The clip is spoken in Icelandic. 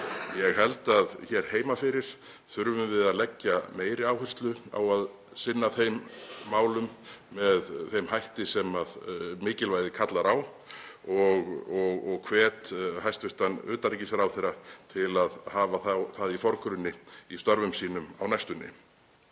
Ég held að hér heima fyrir þurfum við að leggja meiri áherslu á að sinna þeim málum með þeim hætti sem mikilvægið kallar á og ég hvet hæstv. utanríkisráðherra til að hafa það í forgrunni í störfum sínum á næstunni.